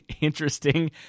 interesting